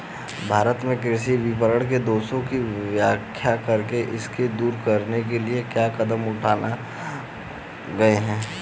भारत में कृषि विपणन के दोषों की व्याख्या करें इन्हें दूर करने के लिए क्या कदम उठाए गए हैं?